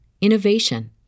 innovation